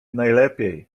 najlepiej